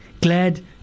glad